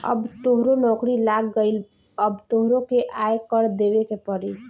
अब तोहरो नौकरी लाग गइल अब तोहरो के आय कर देबे के पड़ी